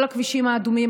כל הכבישים האדומים,